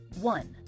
One